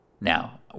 now